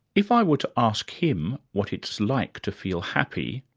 if i were to ask him what it's like to feel happy,